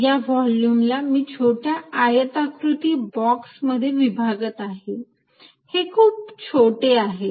या व्हॉल्युमला मी छोट्या आयताकृती बॉक्समध्ये विभागत आहे हे खुप छोटे आहे